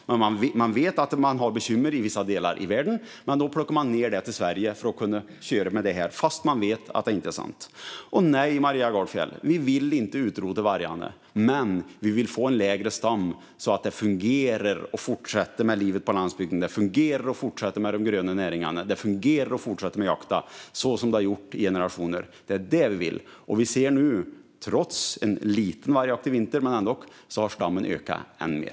Men man vet att det finns bekymmer i vissa delar av världen, och då plockar man ned det till Sverige för att kunna köra med det här fast man vet att det inte är sant. Och nej, Maria Gardfjell, vi vill inte utrota vargarna. Men vi vill få en mindre stam så att det fungerar att fortsätta med livet på landsbygden, fungerar att fortsätta med de gröna näringarna och fungerar att fortsätta med jakten så som det har gjort i generationer. Det är det vi vill, och vi ser nu att stammen trots en liten men ändock vargjakt i vinter har ökat ännu mer.